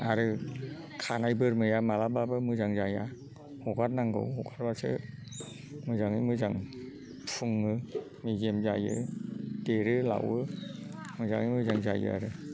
आरो खानाय बोरमाया मालाबाबो मोजां जाया हगारनांगौ हगारबासो मोजाङै मोजां फुङो मेजेम जायो देरो लावो मोजाङै मोजां जायो आरो